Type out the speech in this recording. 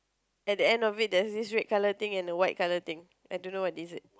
at the end of it there's this red colour thing and a white colour thing I don't know what is this